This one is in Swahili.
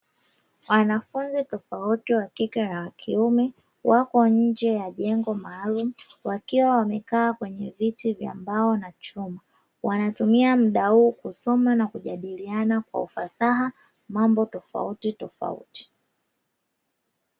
Wanafunzi tofauti wa kike na wa kiume wako nje ya jengo maalum, wakiwa wamekaa kwenye viti vya mbao na chuma, wanatumia muda huu kusoma na kujadiliana kwa ufasaha mambo tofauti tofauti.